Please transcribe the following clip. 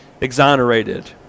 exonerated